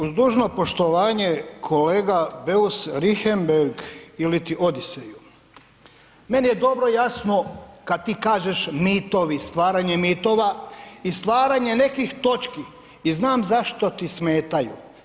Uz dužno poštovanje kolega Beus Richembergh ili ti Odiseju, meni je dobro jasno kada ti kažeš mitovi, stvaranje mitova i stvaranje nekih točki i znam zašto ti smetaju.